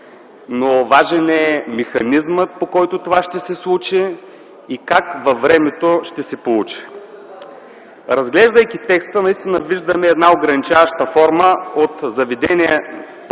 но е важен механизмът, по който това ще се случи и как във времето ще се получи. Разглеждайки текстът наистина виждаме една ограничаваща форма от заведения под